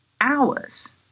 hours